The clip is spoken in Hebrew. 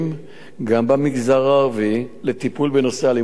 גם במגזר הערבי, לטיפול בנושא האלימות במשפחה,